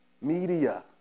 media